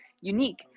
unique